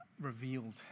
revealed